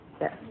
Yes